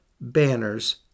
banners